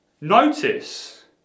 Notice